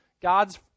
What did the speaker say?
God's